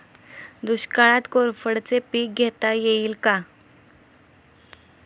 दुष्काळात कोरफडचे पीक घेता येईल का?